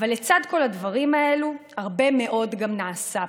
לצד כל הדברים האלו, הרבה מאוד נעשה פה.